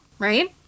Right